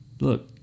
look